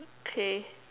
okay